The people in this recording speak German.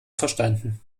verstanden